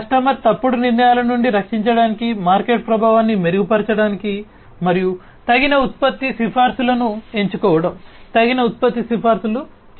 customer తప్పుడు నిర్ణయాల నుండి రక్షించడానికి మార్కెట్ ప్రభావాన్ని మెరుగుపరచడానికి మరియు తగిన ఉత్పత్తి సిఫార్సులను ఎంచుకోవడం తగిన ఉత్పత్తి సిఫార్సులు చేయడం